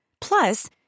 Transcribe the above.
Plus